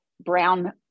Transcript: brown